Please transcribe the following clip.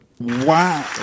Wow